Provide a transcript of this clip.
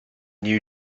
new